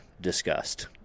discussed